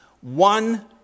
one